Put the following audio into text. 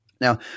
Now